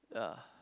ya